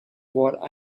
what